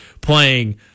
playing